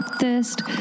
thirst